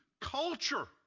culture